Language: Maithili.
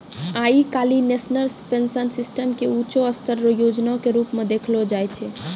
आइ काल्हि नेशनल पेंशन सिस्टम के ऊंचों स्तर रो योजना के रूप मे देखलो जाय छै